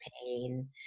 pain